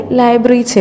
library